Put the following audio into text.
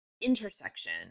intersection